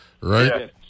right